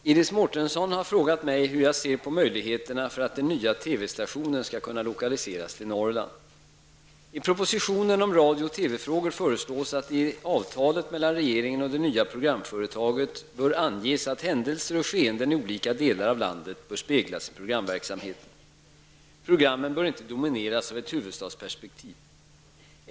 Herr talman! Iris Mårtensson har frågat mig hur jag ser på möjligheterna att den nya TV-stationen skall kunna lokaliseras till Norrland. TV-frågor föreslås att det i avtalet mellan regeringen och det nya programföretaget bör anges att händelser och skeenden i olika delar av landet bör speglas i programverksamheten. Programmen bör inte domineras av ett huvudstadsperspektiv.